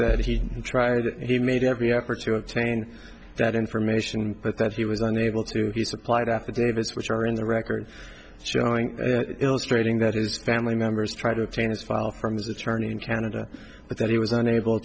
that he tried he made every effort to obtain that information and put that he was unable to be supplied affidavits which are in the record showing illustrating that his family members try to obtain his file from his attorney in canada but that he was unable